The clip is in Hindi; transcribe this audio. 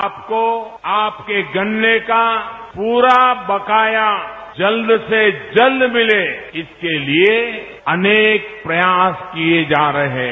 आपको आपके गन्ने का पूरा बकाया जल्द से जल्द मिले इसके लिए अनेक प्रयास किए जा रहे हैं